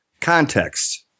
context